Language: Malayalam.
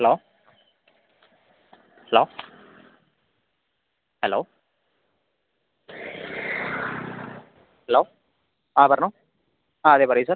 ഹലോ ഹലോ ഹലോ ഹലോ ആ പറഞ്ഞോ ആ അതെ പറയൂ സർ